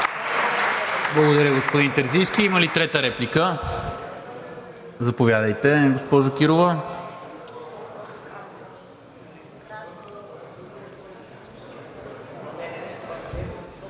Благодаря, господин Терзийски. Има ли трета реплика? Заповядайте, госпожо Кирова.